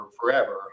forever